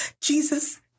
jesus